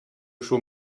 schon